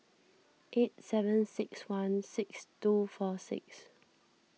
eight seven six one six two four six